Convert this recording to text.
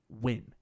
Win